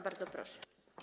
Bardzo proszę.